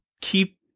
keep